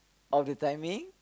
of the timing